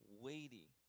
weighty